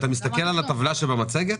על הטבלה במצגת?